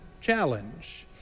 challenge